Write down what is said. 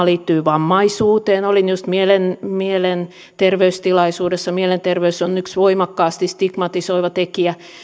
liittyy vammaisuuteen olin just mielenterveystilaisuudessa mielenterveysongelmat on yksi voimakkaasti stigmatisoiva tekijä